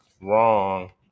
Wrong